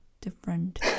different